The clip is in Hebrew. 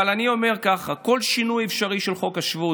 אבל אני אומר ככה: כל שינוי אפשרי של חוק השבות